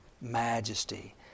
majesty